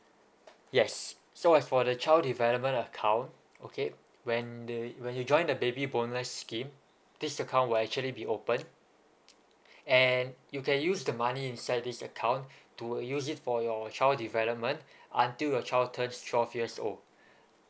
yes so as for the child development account okay when the when you join the baby bonus scheme this account will actually be opened and you can use the money inside this account to use it for your child development until your child turns twelve years old